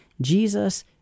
Jesus